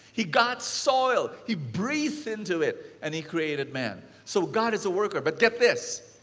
he got soil. he breathed into it and he created man. so, god is a worker. but get this,